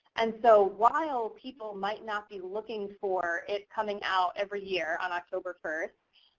and so while people might not be looking for it coming out every year on october first,